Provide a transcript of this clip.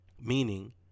Meaning